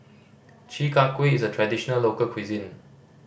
Chi Kak Kuih is a traditional local cuisine